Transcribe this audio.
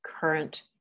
current